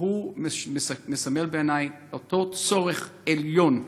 והוא מסמל, בעיני, את אותו צורך עליון לשמור,